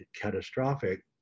catastrophic